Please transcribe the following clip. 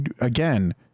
again